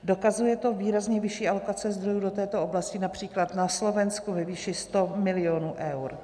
Dokazuje to výrazně vyšší alokace zdrojů do této oblasti, například na Slovensku ve výši 100 milionů eur.